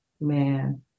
Man